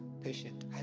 patient